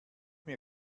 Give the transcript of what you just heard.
mir